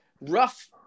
rough